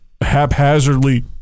haphazardly